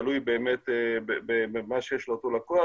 תלוי במה שיש לאותו לקוח,